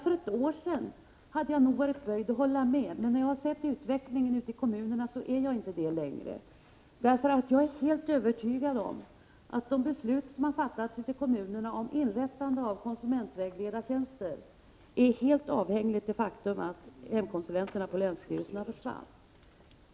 För ett år sedan hade jag nog varit böjd att hålla med om det, men sedan jag sett utvecklingen ute i kommunerna är jag inte längre det. Jag är helt övertygad om att de beslut som fattats ute i kommunerna om inrättande av konsumentvägledartjänster är helt avhängiga det faktum att hemkonsulenterna på länsstyrelserna försvann.